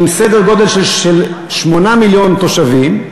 עם סדר-גודל של 8 מיליון תושבים,